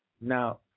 Now